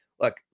look